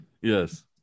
Yes